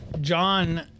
John